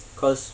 cause